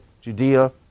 Judea